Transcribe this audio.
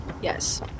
Yes